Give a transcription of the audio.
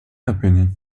opinion